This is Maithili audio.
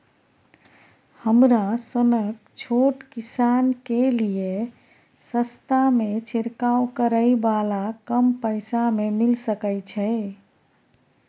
हमरा सनक छोट किसान के लिए सस्ता में छिरकाव करै वाला कम पैसा में मिल सकै छै?